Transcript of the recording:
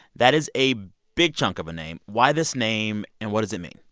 that is a big chunk of a name. why this name? and what does it mean?